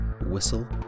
whistle